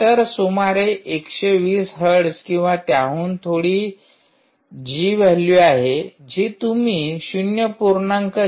नंतर सुमारे १२० हर्ट्ज किंवा त्याहून थोडी जी व्हॅल्यू आहे जी तुम्ही ०